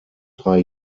drei